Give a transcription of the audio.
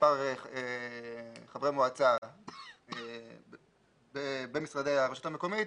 מספר חברי מועצה במשרדי הרשות המקומית,